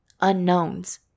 unknowns